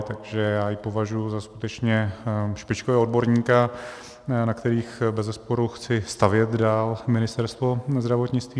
Takže já ji považuji za skutečně špičkového odborníka, na kterých bezesporu chci stavět dál Ministerstvo zdravotnictví.